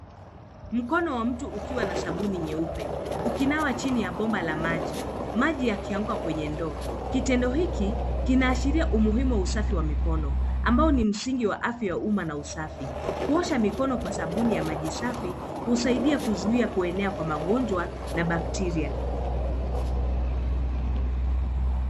Mkono wa mtu ukiwa na sabuni nyeupe ukinawa chini ya bomba la maji. Maji yakianguka kwenye ndoo. Kitendo hiki kinaashiria umuhimu wa usafi wa mikono ambayo ni msingi wa afya ya umma na usafi. Kuosha mikono kwa sabuni na maji safi husaidia kuzuia kuenea kwa magonjwa na bakteria.